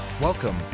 Welcome